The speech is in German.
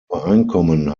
übereinkommen